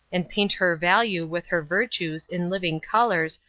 and paint her value with her virtues, in living colors,